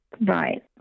Right